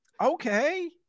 Okay